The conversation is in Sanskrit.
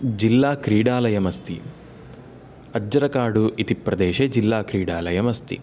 जिल्लाक्रीडालयमस्ति अज्जर काडु इति प्रदेशे जिल्लाक्रीडालयमस्ति